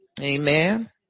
Amen